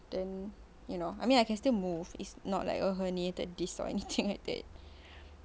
you know I mean I can still move it's not like a herniated disc or anything like that